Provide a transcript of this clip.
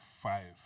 five